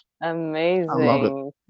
amazing